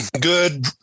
good